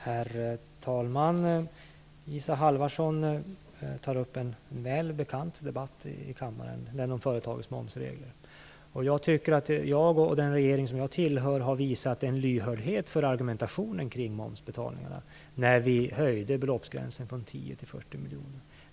Herr talman! Isa Halvarsson tar upp en fråga som är väl bekant i kammaren, nämligen den om företagens momsregler. Jag tycker att jag och den regering som jag tillhör har visat en lyhördhet för argumentationen kring momsbetalningarna när vi höjde beloppsgränsen från 10 till 40 miljoner.